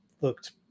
looked